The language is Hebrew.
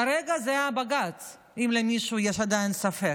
כרגע זה הבג"ץ, אם למישהו יש עדיין ספק,